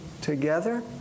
together